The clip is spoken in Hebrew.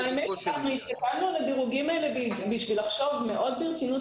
האמת שאנחנו הסתכלנו על הדירוגים האלה בשביל לחשוב מאוד ברצינות